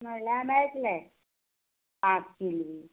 म्हळ्यार मेयटलें पांच कील बीन